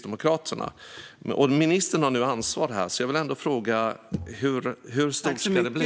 Det är ministern som har ansvaret. Jag vill därför fråga: Hur stort ska det bli?